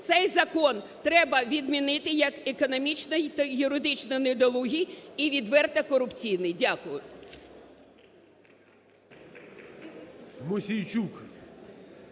Цей закон треба відмінити, як економічно та юридично недолугий і відверто корупційний. Дякую.